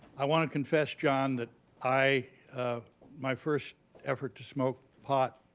i want to confess, john, that i my first effort to smoke pot,